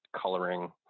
Coloring